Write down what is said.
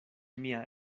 mia